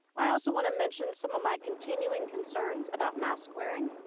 i also wanna mention some of my continuing concerns about mask wearing.